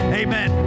amen